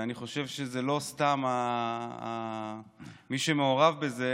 ואני חושב שלא סתם מי שמעורב בזה